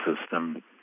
system